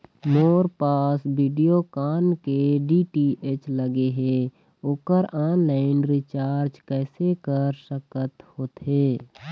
मोर पास वीडियोकॉन के डी.टी.एच लगे हे, ओकर ऑनलाइन रिचार्ज कैसे कर सकत होथे?